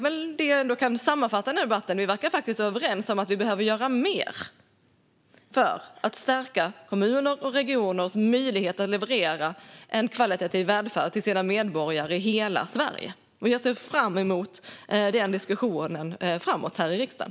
Jag kan sammanfatta debatten med att vi faktiskt verkar vara överens om att vi behöver göra mer för att stärka kommuners och regioners möjligheter att leverera en högkvalitativ välfärd till sina medborgare i hela Sverige. Jag ser fram emot denna diskussion framöver här i riksdagen.